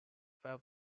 five